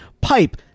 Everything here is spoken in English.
pipe